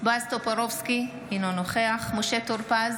בועז טופורובסקי, אינו נוכח משה טור פז,